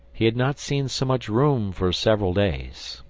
he had not seen so much room for several days.